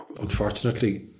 unfortunately